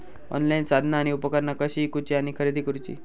Online साधना आणि उपकरणा कशी ईकूची आणि खरेदी करुची?